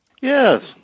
Yes